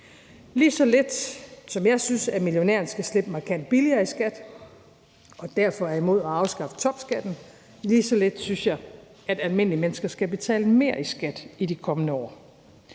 Lige så lidt som jeg synes, at millionæren skal slippe markant billigere i skat, hvorfor jeg er imod at afskaffe topskatten, lige så lidt synes jeg, at almindelige mennesker skal betale mere i skat i de kommende år.